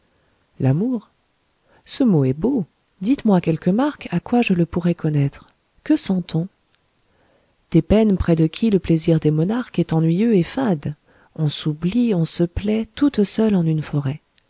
l'amour ce mot est beau dites-moi quelques marques à quoi je le pourrai connaître que sent-on des peines près de qui le plaisir des monarques est ennuyeux et fade on s'oublie on se plaît toute seule en une forêt